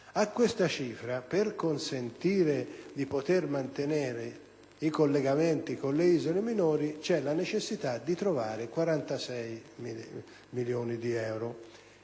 a questa cifra, per poter mantenere i collegamenti con le isole minori, vi è la necessità di trovare 46 milioni di euro.